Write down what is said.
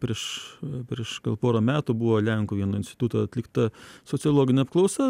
prieš prieš gal porą metų buvo lenkų vieno instituto atlikta sociologinė apklausa